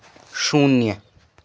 शून्य